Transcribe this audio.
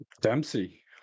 Dempsey